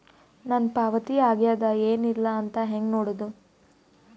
ನನ್ನ ಪಾವತಿ ಆಗ್ಯಾದ ಏನ್ ಇಲ್ಲ ಅಂತ ಹೆಂಗ ನೋಡುದು?